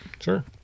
Sure